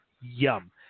Yum